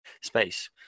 space